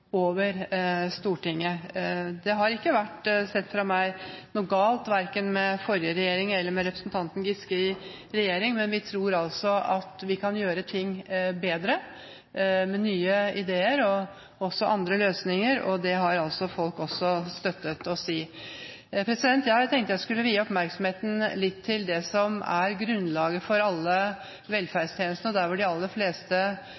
over Stortinget. Det har ikke – sett fra mitt ståsted – vært noe galt verken med forrige regjering eller representanten Giske i regjering, men vi tror altså at vi kan gjøre ting bedre med nye ideer og andre løsninger, og det har folk også støttet oss i. Jeg tenkte jeg skulle vie oppmerksomheten litt til det som er grunnlaget for alle velferdstjenestene, og der hvor de aller fleste